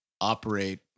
operate